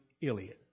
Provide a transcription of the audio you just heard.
Iliad